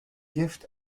gift